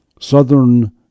southern